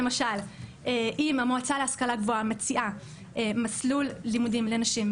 למשל אם המועצה להשכלה גבוהה מציעה מסלול לימודים לנשים,